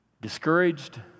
discouraged